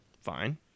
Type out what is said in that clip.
Fine